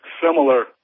similar